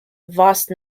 vast